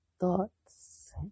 thoughts